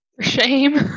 Shame